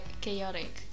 chaotic